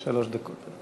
שלוש דקות.